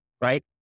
right